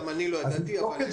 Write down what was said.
גם אני לא ידעתי אבל...